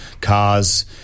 cars